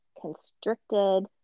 constricted